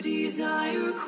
desire